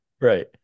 Right